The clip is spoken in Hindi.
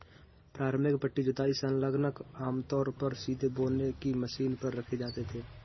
प्रारंभिक पट्टी जुताई संलग्नक आमतौर पर सीधे बोने की मशीन पर रखे जाते थे